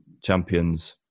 champions